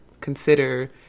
consider